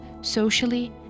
socially